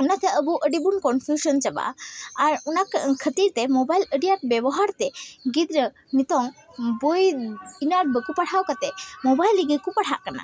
ᱚᱱᱟᱛᱮ ᱟᱵᱚ ᱟᱹᱰᱤᱵᱚᱱ ᱠᱚᱱᱯᱷᱤᱭᱩᱥᱚᱱ ᱪᱟᱵᱟᱜᱼᱟ ᱟᱨ ᱚᱱᱟ ᱠᱷᱟᱹᱛᱤᱨᱛᱮ ᱢᱳᱵᱟᱭᱤᱞ ᱟᱹᱰᱤ ᱟᱸᱴ ᱵᱮᱵᱚᱦᱟᱨᱛᱮ ᱜᱤᱫᱽᱨᱟᱹ ᱱᱤᱛᱚᱜ ᱵᱳᱭ ᱤᱱᱟᱹᱜ ᱟᱸᱴ ᱵᱟᱠᱚ ᱯᱟᱲᱦᱟᱣ ᱠᱟᱛᱮᱫ ᱢᱚᱵᱟᱭᱤᱞ ᱨᱮᱜᱮ ᱠᱚ ᱯᱟᱲᱦᱟᱜ ᱠᱟᱱᱟ